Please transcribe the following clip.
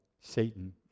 Satan